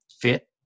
fit